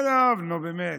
עזוב, נו, באמת.